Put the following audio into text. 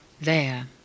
There